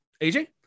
AJ